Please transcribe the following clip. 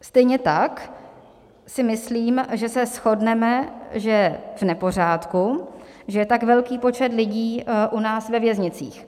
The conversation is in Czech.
Stejně tak si myslím, že se shodneme, že je v nepořádku, že je tak velký počet lidí u nás ve věznicích.